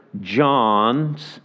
John's